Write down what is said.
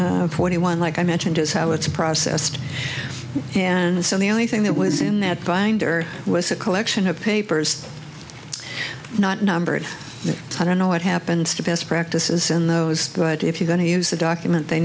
twenty one like i mentioned is how it's processed and so the only thing that was in that binder was a collection of papers not numbered i don't know what happens to best practices in those but if you're going to use the document they